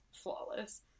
flawless